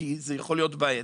כי זה יכול להיות בעייתי,